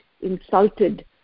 insulted